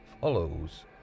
follows